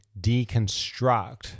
deconstruct